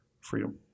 freedom